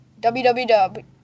www